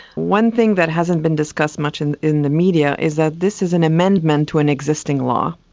one thing that hasn't been discussed much in in the media is that this is an amendment to an existing law,